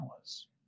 hours